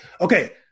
Okay